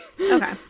Okay